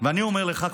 ואני אומר לך,